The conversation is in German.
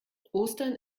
ostern